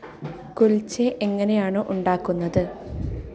കുൽഛേ എങ്ങനെയാണ് ഉണ്ടാക്കുന്നത്